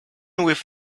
with